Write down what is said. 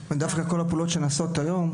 דווקא כל הפעולות שנעשות היום